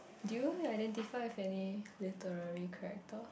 do you identify with any literary character